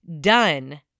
done